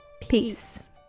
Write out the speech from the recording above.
Peace